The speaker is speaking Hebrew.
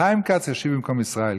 חיים כץ ישיב במקום ישראל.